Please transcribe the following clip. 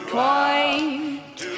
point